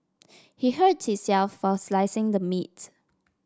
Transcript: he hurt himself while slicing the meat